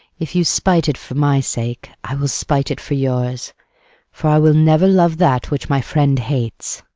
if you spite it for my sake, i will spite it for yours for i will never love that which my friend hates.